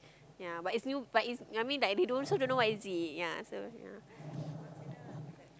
ya but is new but is I mean like they also don't know what it is ya so ya